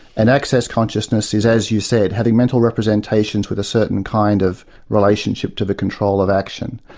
and access consciousness is as you said, having mental representations with a certain kind of relationship to the control of action.